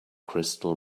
crystal